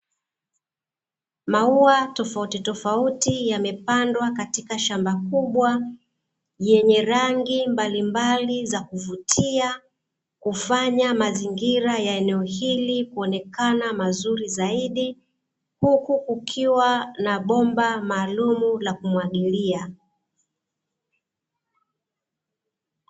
Maua tofauti tofauti yamepandwa katika shamba kubwa yenye rangi mbalimbali za kuvutia, kufanya mazingira ya eneo hili kuonekana mazuri zaidi, huko kukiwa na bomba maalum la kumwagilia.